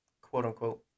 quote-unquote